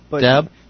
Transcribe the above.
Deb